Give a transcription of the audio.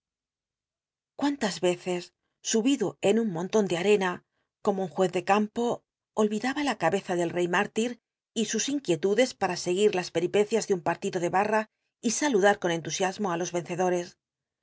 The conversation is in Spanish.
domas cces subido en un monlon de arena como un juez de campo olvidaba la cabeza deley m htir y sus inquietudes para seguir las pel'ipccia de un partido de barra y saludar con entusiasmo i los enccdoes